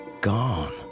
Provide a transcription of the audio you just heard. Gone